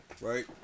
right